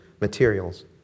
materials